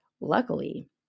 Luckily